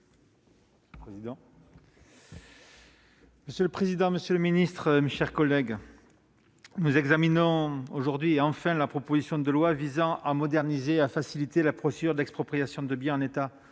Monsieur le président, monsieur le secrétaire d'État, mes chers collègues, nous examinons aujourd'hui la proposition de loi visant à moderniser et faciliter la procédure d'expropriation de biens en état